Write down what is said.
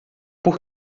por